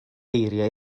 geiriau